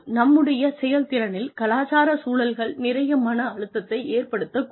நம்முடைய செயல்திறனில் கலாச்சார சூழல்கள் நிறைய மன அழுத்தத்தை ஏற்படுத்தக்கூடும்